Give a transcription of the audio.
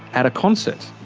at a concert.